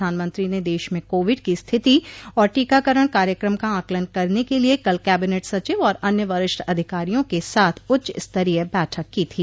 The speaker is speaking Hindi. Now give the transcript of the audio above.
प्रधानमंत्री ने देश में कोविड की स्थिति और टीकाकरण कार्यक्रम का आकलन करने के लिए कल कैबिनेट सचिव और अन्य वरिष्ठ अधिकारियों के साथ उच्चस्तरीय बैठक की थी